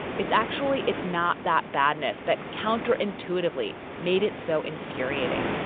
it's actually it's not that badness that counterintuitively made it so infuriating.